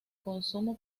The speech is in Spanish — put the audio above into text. consumo